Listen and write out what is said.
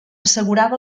assegurava